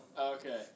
Okay